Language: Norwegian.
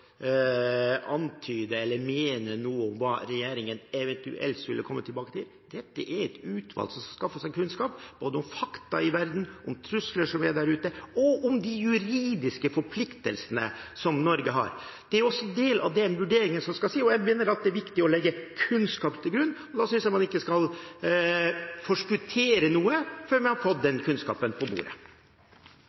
antyde eller mene noe om hva regjeringen eventuelt skulle komme tilbake til. Dette er et utvalg som skaffer fram kunnskap – om fakta i verden, om trusler som er der ute, og om de juridiske forpliktelsene Norge har. Det er også en del av vurderingen. Jeg mener at det er viktig å legge kunnskap til grunn, og jeg synes ikke man skal forskuttere noe før vi har fått den kunnskapen på bordet.